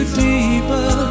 deeper